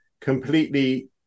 completely